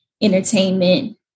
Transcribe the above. entertainment